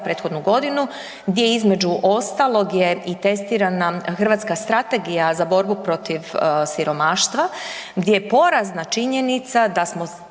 prethodnu godinu gdje između ostalog je i testirana hrvatska Strategija za borbu protiv siromaštva gdje je porazna činjenica da smo